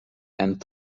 and